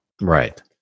Right